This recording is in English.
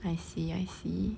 I see I see